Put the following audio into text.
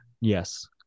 Yes